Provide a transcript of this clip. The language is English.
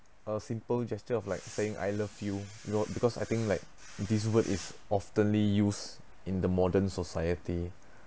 a simple gesture of like saying I love you know because I think like this word is oftenly use in the modern society